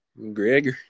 McGregor